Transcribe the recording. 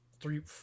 three